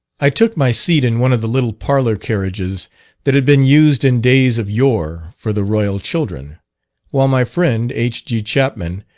i took my seat in one of the little parlour carriages that had been used in days of yore for the royal children while my friend, h g. chapman,